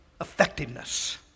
effectiveness